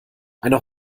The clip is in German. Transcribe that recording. eine